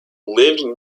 lived